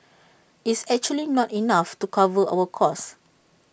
is actually not enough to cover our cost